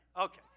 okay